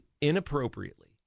inappropriately